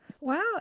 Wow